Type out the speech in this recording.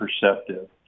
perceptive